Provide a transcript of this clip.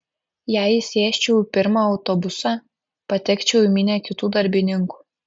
jei įsėsčiau į pirmą autobusą patekčiau į minią kitų darbininkų